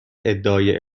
ادعای